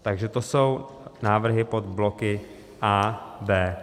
Takže to jsou návrhy pod bloky A, B a C.